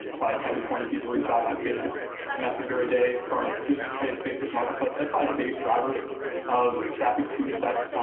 probably ten to twenty people reach out at facebook messenger a day, from just facebook marketplace, that's probably the biggest driver of traffic to the site.